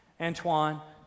Antoine